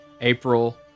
April